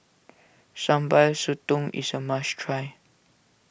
Sambal Sotong is a must try